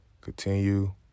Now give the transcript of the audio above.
continue